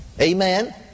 Amen